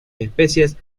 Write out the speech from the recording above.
especies